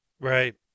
Right